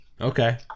Okay